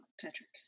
Patrick